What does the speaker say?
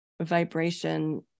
vibration